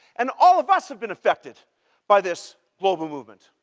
and all of us have been affected by this global movement.